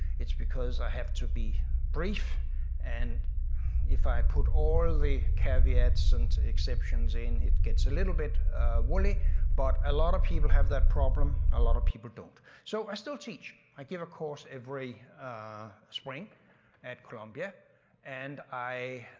it's because i have to be brief and if i put all the caveats and exceptions in, it gets little bit wooly but a lot of people have that problem, a lot of people don't. so i still teach. i give a course every spring at columbia and i.